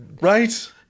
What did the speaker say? Right